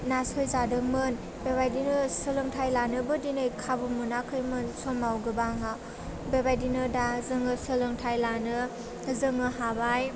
नासय जादोंमोन बेबायदिनो सोलोंथाइ लानोबो दिनै खाबु मोनाखैमोन समाव गोबाङा बेबायदिनो दा जोङो सोलोंथाइ लोनो जोङो हाबाय